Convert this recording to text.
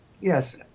yes